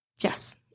Yes